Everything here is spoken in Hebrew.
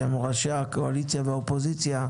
שהם ראשי הקואליציה והאופוזיציה,